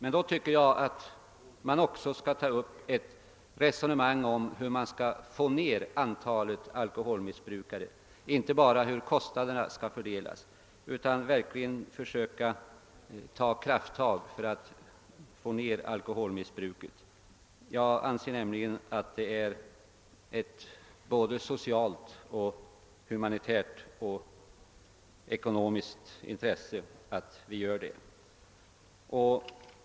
Jag tycker att man då också skall diskutera hur man skall kunna minska antalet alkoholmissbrukare, alltså inte bara hur kostnaderna skall fördelas. Det behövs verkligen krafttag för att minska alkoholmissbruket. Jag anser att intressen av social, humanitär och ekonomisk karaktär talar för detta. Herr talman!